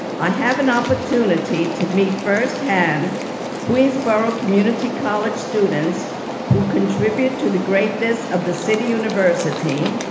i have an opportunity to meet first hand queensborough community college students who contribute to the greatness of the city university,